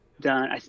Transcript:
done